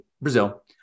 brazil